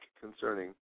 concerning